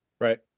Right